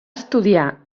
estudiar